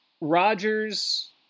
Rodgers